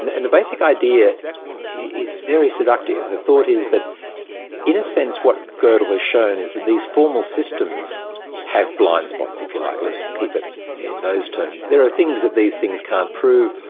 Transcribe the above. and and the basic idea is very seductive. the thought is that in a sense what godel has shown is that these formal systems have blind spots, if you like. let's keep it in those terms. there are things that these things can't prove,